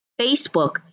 Facebook